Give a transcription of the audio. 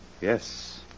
Yes